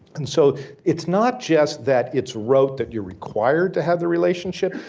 and so it's not just that it's wrote that you're required to have the relationship,